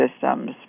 systems